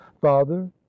father